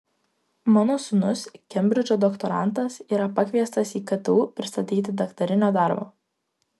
mano sūnus kembridžo doktorantas yra pakviestas į ktu pristatyti daktarinio darbo